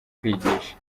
kwigisha